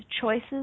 Choices